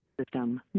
System